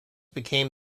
became